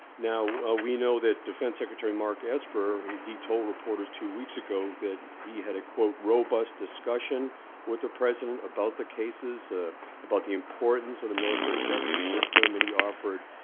now, ah we know that defense secretary mark esper he told reporters two weeks ago that he had a, quote, robust discussion with the president about the cases, ah about the importance of the military justice system. and he offered,